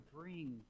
bring